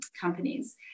companies